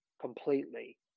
completely